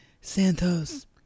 Santos